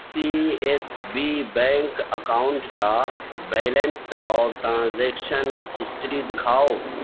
سی S B bank account کا balance اور transaction history دکھاؤ